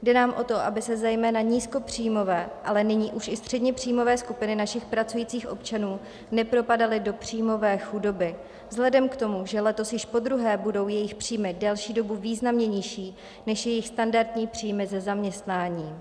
Jde nám o to, aby se zejména nízkopříjmové, ale nyní už i středněpříjmové skupiny našich pracujících občanů nepropadaly do příjmové chudoby vzhledem k tomu, že letos již podruhé budou jejich příjmy delší dobu významně nižší než jejich standardní příjmy ze zaměstnání.